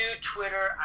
Twitter